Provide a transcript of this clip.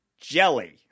jelly